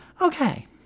okay